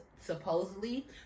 Supposedly